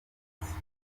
yavutse